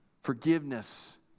forgiveness